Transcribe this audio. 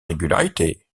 régularité